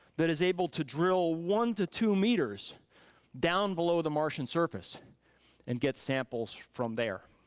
that is able to drill one to two meters down below the martian surface and get samples from there.